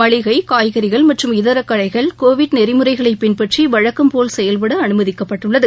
மளிகை காய்கறிகள் மற்றும் இதர கடைகள் கோவிட் நெறிமுறைகளை பின்பற்றி வழக்கம் போல் செயல்பட அனுமதிக்கப்பட்டுள்ளது